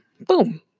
Boom